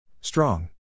Strong